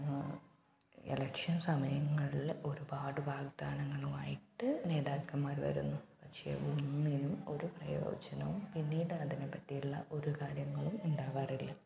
election സമയങ്ങളില് ഒരുപാട് വാഗ്ദാനങ്ങളുമായിട്ട് നേതാക്കന്മാര് വരുന്നു പക്ഷെ ഒന്നിനും ഒരു പ്രയോജനവും പിന്നീട് അതിനെപ്പറ്റിയുള്ള ഒരു കാര്യങ്ങളും ഉണ്ടാകാറില്ല